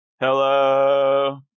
hello